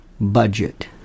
budget